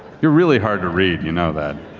you're really hard to read, you know that?